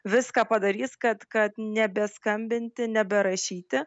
viską padarys kad kad nebeskambinti neberašyti